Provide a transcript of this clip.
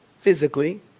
physically